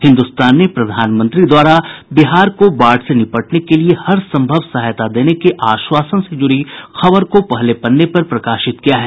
हिन्दुस्तान ने प्रधानमंत्री द्वारा बिहार को बाढ़ से निपटने के लिए हर संभव सहायता देने के आश्वासन से जुड़ी खबर को पहले पन्ने पर प्रकाशित किया है